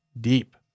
deep